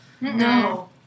No